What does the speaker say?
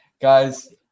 Guys